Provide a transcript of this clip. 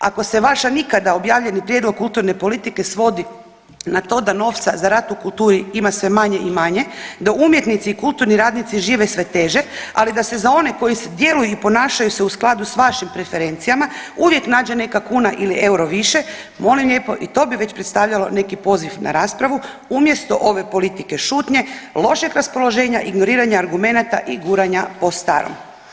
Ako se vaš nikada objavljeni prijedlog kulturne politike svodi na to da novca za rad u kulturi ima sve manje i manje, da umjetnici i kulturni radnici žive sve teže, ali da se za one koji djeluju i ponašaju se u skladu s vašim preferencijama uvijek nađe neka kuna ili euro više molim lijepo i to bi već predstavljalo neki poziv na raspravu umjesto ove politike šutnje, lošeg raspoloženja, ignoriranja argumenata i guranja po starom.